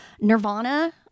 Nirvana